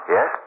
Yes